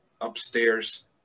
upstairs